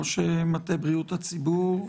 ראש מטה בריאות הציבור,